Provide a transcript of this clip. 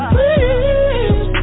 Please